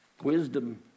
Wisdom